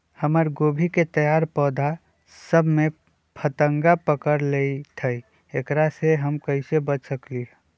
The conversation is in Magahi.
हमर गोभी के तैयार पौधा सब में फतंगा पकड़ लेई थई एकरा से हम कईसे बच सकली है?